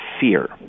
fear